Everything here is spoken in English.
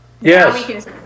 Yes